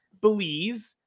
believe